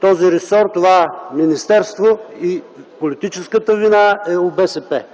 този ресор, това министерство и политическата вина е у БСП.